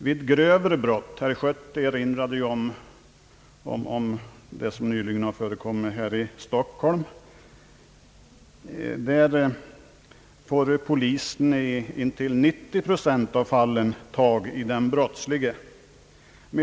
Vid grövre brott — herr Schött erinrade om det som nyligen har inträffat i Stockholm — får polisen i intill 90 procent av fallen tag i den brottslige.